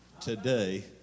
today